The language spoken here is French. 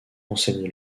enseigner